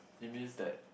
it means that